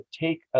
take